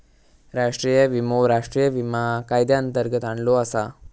राष्ट्रीय विमो राष्ट्रीय विमा कायद्यांतर्गत आणलो आसा